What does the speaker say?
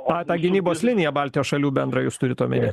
a tą gynybos liniją baltijos šalių bendrą jūs turit omeny